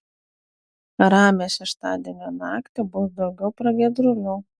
ramią šeštadienio naktį bus daugiau pragiedrulių